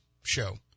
show